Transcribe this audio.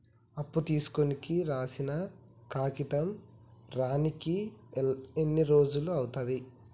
అప్పు తీసుకోనికి రాసిన కాగితం రానీకి ఎన్ని రోజులు అవుతది?